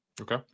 okay